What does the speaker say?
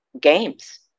games